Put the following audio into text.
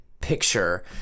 picture